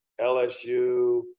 LSU